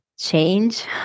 Change